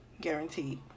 guaranteed